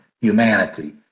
humanity